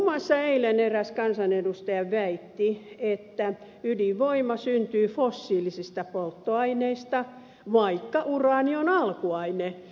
muun muassa eilen eräs kansanedustaja väitti että ydinvoima syntyy fossiilisista polttoaineista vaikka uraani on alkuaine